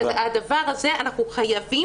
אז את הדבר הזה אנחנו חייבים,